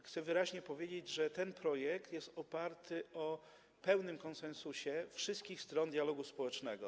Chcę wyraźnie powiedzieć, że ten projekt jest oparty na pełnym konsensusie wszystkich stron dialogu społecznego.